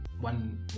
one